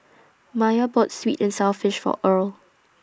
Miya bought Sweet and Sour Fish For Earle